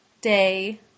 day